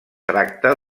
tracta